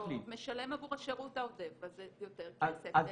משלם עבור השירות העודף הזה יותר כסף.